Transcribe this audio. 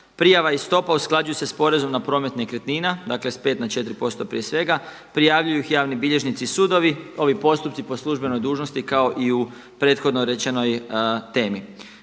prijava i stopa usklađuju se s porezom na promet nekretnina, dakle s 5 na 4% prije svega. Prijavljuju ih javni bilježnici i sudovi. Ovi postupci po službenoj dužnosti kao i u prethodno rečenoj temi.